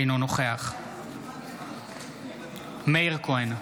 אינו נוכח מאיר כהן,